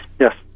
yes